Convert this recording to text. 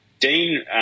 Dean